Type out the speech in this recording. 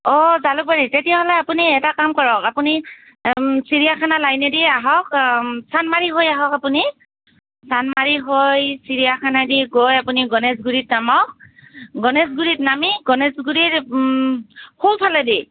অঁ জালুকবাৰীত তেতিয়াহ'লে আপুনি এটা কাম কৰক আপুনি চিৰিয়াখানা লাইনেদি আহক চান্দমাৰি হৈ আহক আপুনি চান্দমাৰি হৈ চিৰিয়াখানাদি গৈ আপুনি গণেশগুৰিত নামক গণেশগুৰিত নামি গণেশগুৰিৰ সোঁফালেদি